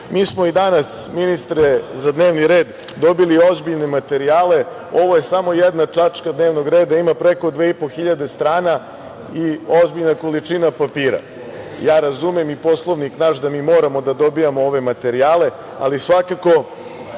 Mi smo i danas, ministre, za dnevni red dobili ozbiljne materijale, ovo je samo jedna tačka dnevnog reda, ima preko dve i po hiljade strana i ozbiljna količina papira. Razumem i Poslovnik naš da mi moramo da dobijamo ove materijale, ali svakako